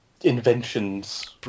inventions